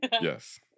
Yes